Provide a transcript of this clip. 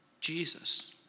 Jesus